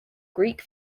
greek